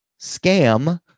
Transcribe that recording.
scam